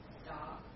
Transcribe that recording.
stop